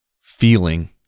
feeling